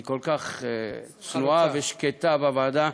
היא כל כך צנועה ושקטה בוועדה,